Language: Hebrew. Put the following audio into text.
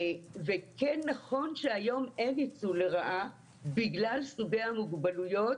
וכן נכון שהיום אין ניצול לרעה בגלל סוגי המוגבלויות